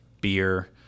beer